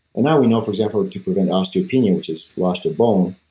now we know, for example, to prevent osteopenia, which is loss of bone,